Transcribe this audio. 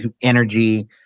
energy